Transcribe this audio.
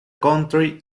country